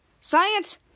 science